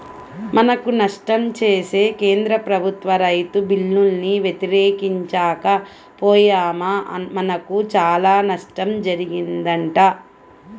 మనకు నష్టం చేసే కేంద్ర ప్రభుత్వ రైతు బిల్లుల్ని వ్యతిరేకించక పొయ్యామా మనకు చానా నష్టం జరిగిద్దంట